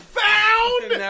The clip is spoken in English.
found